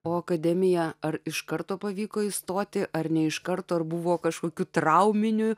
o akademiją ar iš karto pavyko įstoti ar ne iš karto ar buvo kažkokių trauminių